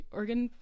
organ